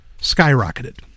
skyrocketed